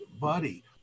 buddy